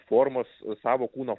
formos savo kūno